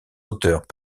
auteurs